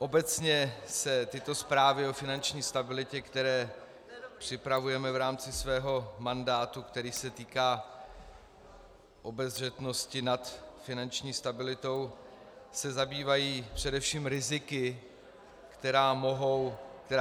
Obecně se tyto zprávy o finanční stabilitě, které připravujeme v rámci svého mandátu, který se týká obezřetnosti nad finanční stabilitou, zabývají především riziky, která